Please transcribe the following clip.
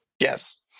Yes